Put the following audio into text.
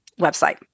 website